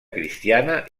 cristiana